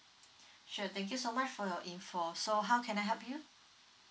sure thank you so much for your info so how can I help you